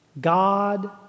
God